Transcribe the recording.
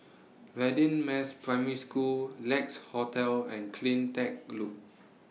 Radin Mas Primary School Lex Hotel and CleanTech Loop